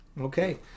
okay